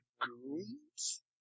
goons